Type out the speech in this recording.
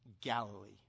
Galilee